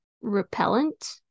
repellent